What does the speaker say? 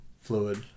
fluid